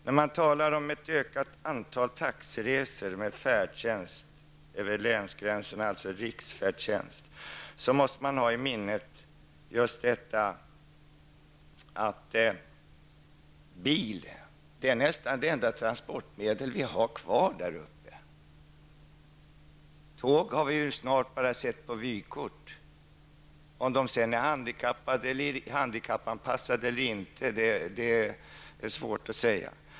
När man talar om ett ökande antal taxiresor med färdtjänst över länsgränserna -- alltså riksfärdtjänst -- måste man ha i minnet att bilen är nästan det enda transportmedel som finns kvar att tillgå där uppe. Tåg har vi snart sett bara på vykort. Om de sedan är handikappanpassade eller inte är svårt att säga.